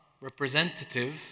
representative